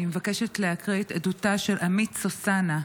אני מבקשת להקריא את עדותה של עמית סוסנה,